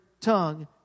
tongue